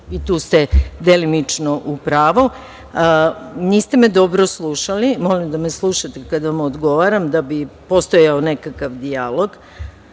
i tu ste delimično u pravu. Niste me dobro slušali. Molim da me slušate kada vam odgovaram da bi postojao nekakav dijalog.